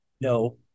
No